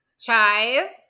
chive